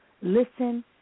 listen